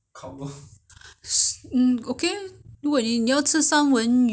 调味 ah 日本的 teriyaki sauce ah you want the japenese teriyaki sauce